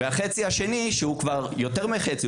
והחצי השני שהוא כבר יותר מחצי,